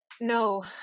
No